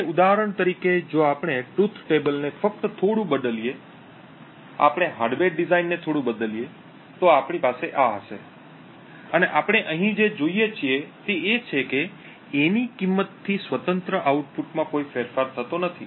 હવે ઉદાહરણ તરીકે જો આપણે સત્ય ટેબલ ને ફક્ત થોડું બદલીએઆપણે હાર્ડવેર ડિઝાઇનને થોડું બદલીએ તો આપણી પાસે આ હશે અને આપણે અહીં જે જોઈએ છીએ તે એ છે કે A ની કિંમતથી સ્વતંત્ર આઉટપુટમાં કોઈ ફેરફાર થતો નથી